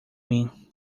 mim